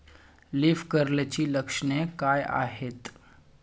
Leaf कर्लची लक्षणे काय आहेत?